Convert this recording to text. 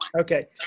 Okay